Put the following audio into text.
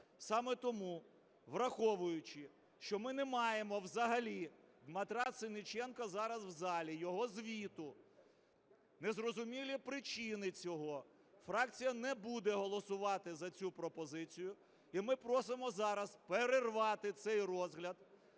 Саме тому, враховуючи, що ми не маємо взагалі Дмитра Сенниченка зараз в залі, його звіту, незрозумілі причини цього, фракція не буде голосувати за цю пропозицію, і ми просимо зараз перервати цей розгляд,